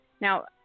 Now